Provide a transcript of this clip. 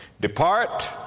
depart